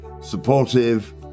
supportive